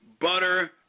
butter